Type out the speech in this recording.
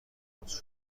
بازپرسی